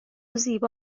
زیبا